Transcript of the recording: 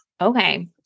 Okay